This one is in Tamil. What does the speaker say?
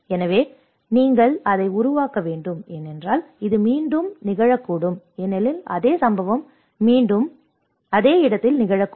எனவே நீங்கள் அதை உருவாக்க வேண்டும் ஏனென்றால் இது மீண்டும் மீண்டும் நிகழக்கூடும் ஏனெனில் அதே சம்பவம் மீண்டும் மீண்டும் அதே இடத்தில் நிகழக்கூடும்